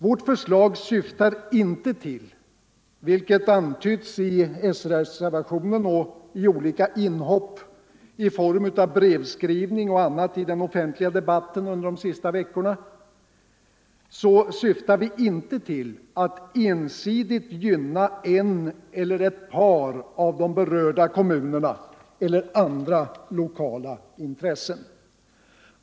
Vpk:s förslag syftar inte till — vilket antytts i den socialdemokratiska reservationen och i olika inhopp i form av brevskrivning och annat i den offentliga debatten under de senaste veckorna — att ensidigt gynna en eller ett par av de berörda kommunerna eller andra lokala intressen.